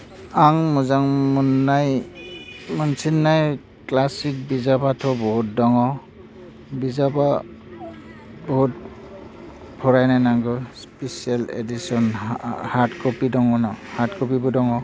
आं मोजां मोन्नाय मोनथिनाय क्लासिक बिजाबाथ' बहुद दङ बिजाबा बहुद फरायनो नांगौ स्पिसेल एडिसन हाट कपि दं आंनाव हाट कपिबो दङ